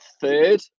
third